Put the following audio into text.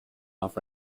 off